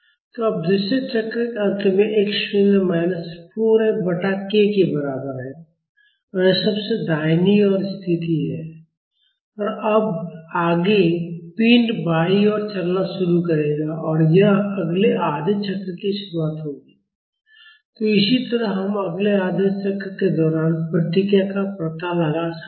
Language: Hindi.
तो अब दूसरे चक्र के अंत में जो x शून्य माइनस 4 F बटा k के बराबर है और यह सबसे दाहिनी स्थिति है और अब आगे पिंड बाईं ओर चलना शुरू करेगा और यह अगले आधे चक्र की शुरुआत होगी तो इसी तरह हम अगले आधे चक्र के दौरान प्रतिक्रिया का पता लगा सकते हैं